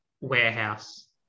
warehouse